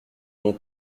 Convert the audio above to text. mon